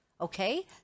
Okay